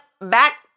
back